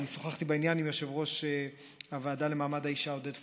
אני שוחחתי בעניין עם יושב-ראש הוועדה למעמד האישה עודד פורר,